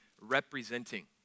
representing